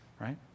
right